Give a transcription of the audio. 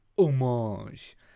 homage